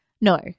No